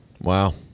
wow